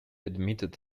admitted